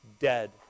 dead